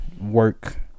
work